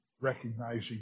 recognizing